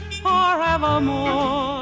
forevermore